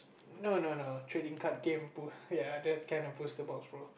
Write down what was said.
no no no trading card game ya that's kinda poster box bro